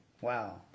Wow